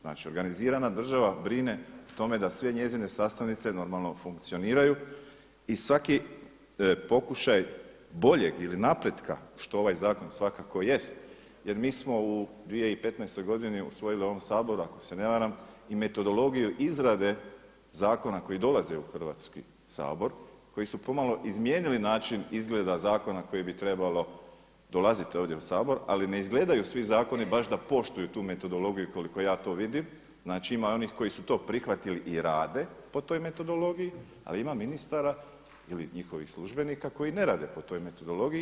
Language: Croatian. Znači organizirana država brine o tome da sve njezine sastavnice normalno funkcioniraju i svaki pokušaj boljeg ili napretka što ovaj zakon svakako jest, jer mi smo u 2015. godini usvojili u ovom Saboru ako se ne varam i metodologiju izrade zakona koji dolaze u Hrvatski sabor, koji su pomalo izmijenili način izgleda zakona koje bi trebalo, dolaziti ovdje u Sabor ali ne izgledaju svi zakoni baš da poštuju tu metodologiju koliko ja to vidim, znači ima onih koji su to prihvatili i rade po toj metodologiji ali ima ministara ili njihovih službenika koji ne rade po toj metodologiji.